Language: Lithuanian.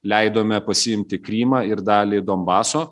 leidome pasiimti krymą ir dalį donbaso